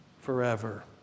forever